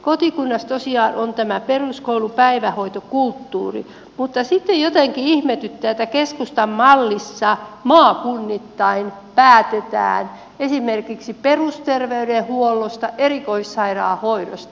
kotikunnassa tosiaan on tämä peruskoulu päivähoitokulttuuri mutta sitten jotenkin ihmetyttää että keskustan mallissa maakunnittain päätetään esimerkiksi perusterveydenhuollosta erikoissairaanhoidosta